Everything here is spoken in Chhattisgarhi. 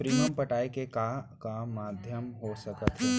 प्रीमियम पटाय के का का माधयम हो सकत हे?